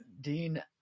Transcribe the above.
Dean